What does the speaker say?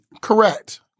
Correct